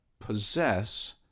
possess